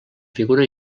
figura